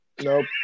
Nope